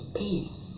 peace